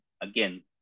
Again